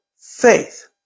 faith